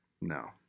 No